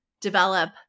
develop